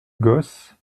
gosse